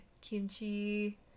kimchi